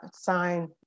sign